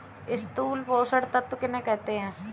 स्थूल पोषक तत्व किन्हें कहते हैं?